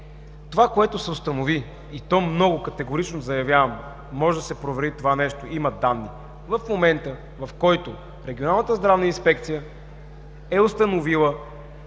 Това, което се установи, заявявам много категорично, може да се провери това нещо – има данни, че в момента, в който Регионалната здравна инспекция е установила